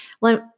let